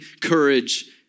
courage